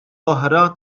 oħra